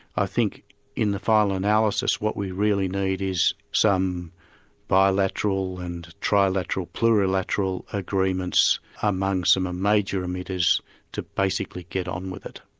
i think in the final analysis what we really need is some bilateral and trilateral, plurilateral agreements among some ah major emitters to basically get on with it.